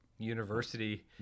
university